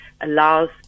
allows